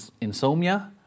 insomnia